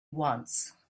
once